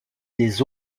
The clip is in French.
des